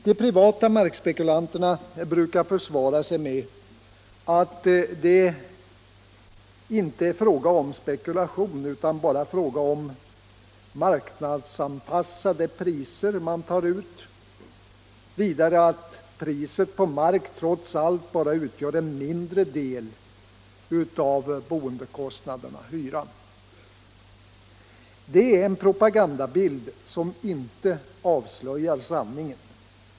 De privata markspekulanterna brukar försvara sig med att det inte är fråga om spekulation utan om marknadsanpassade priser som man tar ut, och vidare att priset på mark trots allt bara utgör en mindre del av boendekostnaderna eller hyran. Det är en propagandabild som inte avslöjar sanningen.